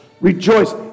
Rejoice